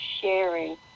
sharing